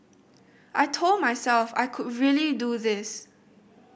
I told myself I could really do this